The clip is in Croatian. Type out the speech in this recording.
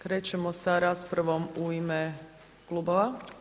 Krećemo sa raspravom u ime klubova.